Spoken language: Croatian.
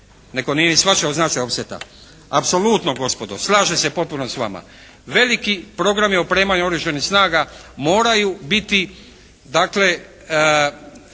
Netko nije ni shvaćao značaj offseta. Apsolutno gospodo, slažem se potpuno s vama. Veliki programi opremanja oružanih snaga moraju biti